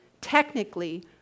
technically